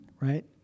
right